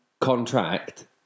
contract